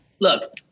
look